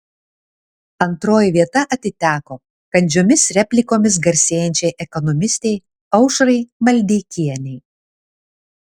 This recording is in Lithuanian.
antroji vieta atiteko kandžiomis replikomis garsėjančiai ekonomistei aušrai maldeikienei